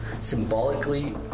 symbolically